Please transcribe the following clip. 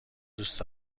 دوست